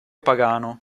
pagano